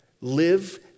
Live